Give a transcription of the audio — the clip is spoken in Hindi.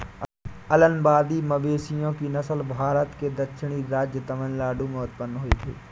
अलंबादी मवेशियों की नस्ल भारत के दक्षिणी राज्य तमिलनाडु में उत्पन्न हुई थी